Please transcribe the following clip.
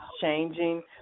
changing